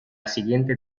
siguiente